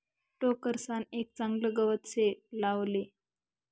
टोकरसान एक चागलं गवत से लावले